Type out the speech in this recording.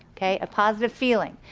okay a positive feeling,